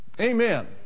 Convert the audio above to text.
Amen